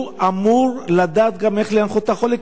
שהוא אמור לדעת גם איך להנחות את החולה?